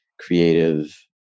creative